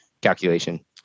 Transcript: calculation